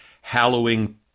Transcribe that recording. hallowing